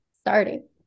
starting